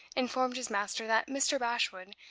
informed his master that mr. bashwood,